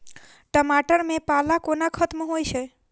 टमाटर मे पाला कोना खत्म होइ छै?